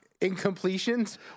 incompletions